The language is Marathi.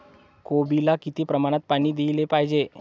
कोबीला किती प्रमाणात पाणी दिले पाहिजे?